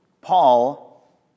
Paul